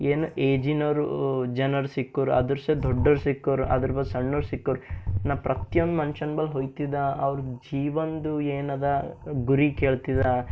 ಏನು ಏಜಿನೋರು ಜನರು ಸಿಕ್ಕೋರು ಆದುರ ಸಾ ದೊಡ್ಡೋರು ಸಿಕ್ಕೋರು ಅದರ ಬಾದ್ ಸಣ್ಣೋರು ಸಿಕ್ಕೋರು ನಾನು ಪ್ರತಿ ಒಂದು ಮನುಷ್ಯನ ಬಲ್ ಹೊಯ್ತಿದ್ದ ಅವರ ಜೀವನ್ದ ಏನು ಅದ ಗುರಿ ಕೇಳ್ತಿದ